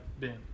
Ben